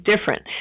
different